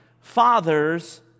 father's